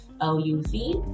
L-U-V